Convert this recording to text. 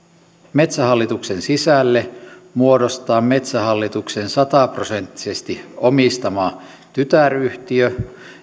metsähallituksen sisälle muodostaa metsähallituksen sataprosenttisesti omistama tytäryhtiö